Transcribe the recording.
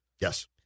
Yes